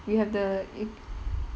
you have the ig~